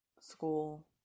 school